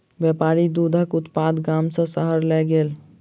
व्यापारी दूधक उत्पाद गाम सॅ शहर लय गेल